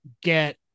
get